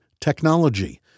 technology